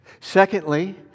Secondly